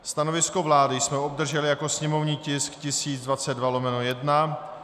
Stanovisko vlády jsme obdrželi jako sněmovní tisk 1022/1.